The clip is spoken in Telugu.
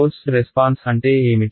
ఫోర్స్డ్ రెస్పాన్స్ అంటే ఏమిటి